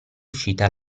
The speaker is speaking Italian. uscita